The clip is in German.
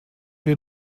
wir